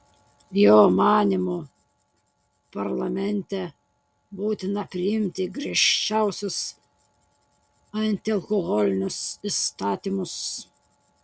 jo manymu parlamente būtina priimti griežčiausius antialkoholinius įstatymus